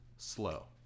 Slow